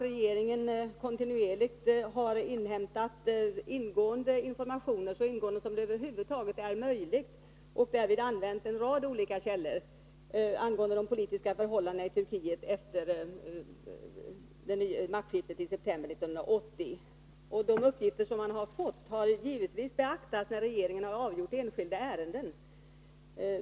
Regeringen har kontinuerligt inhämtat så ingående informationer som det över huvud taget är möjligt att få angående de politiska förhållandena i Turkiet efter maktskiftet i september 1980 och har därvid använt en rad olika källor. De uppgifter vi har fått har givetvis beaktats när regeringen avgjort enskilda ärenden.